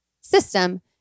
system